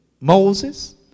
Moses